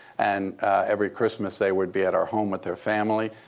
and every christmas, they would be at our home with their family.